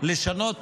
לשנות